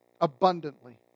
Abundantly